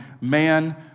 man